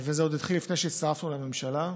וזה התחיל עוד לפני שהצטרפנו לממשלה,